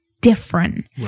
different